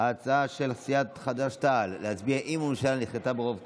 ההצעה של סיעת חד"ש-תע"ל להצביע אי-אמון בממשלה נדחתה ברוב קולות,